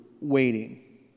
waiting